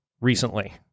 recently